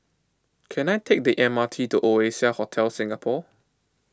can I take the M R T to Oasia Hotel Singapore